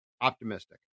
optimistic